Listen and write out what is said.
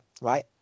right